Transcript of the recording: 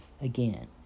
again